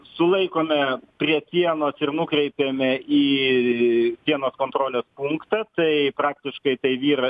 sulaikome prie sienos ir nukreipiame į sienos kontrolės punktą tai praktiškai tai vyrą